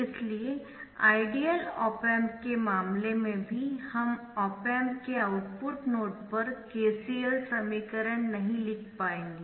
इसलिए ideal op amp के मामले में भी हम ऑप एम्प के आउटपुट नोड पर KCL समीकरण नहीं लिख पाएंगे